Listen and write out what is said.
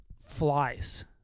flies